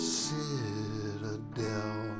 citadel